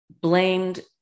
blamed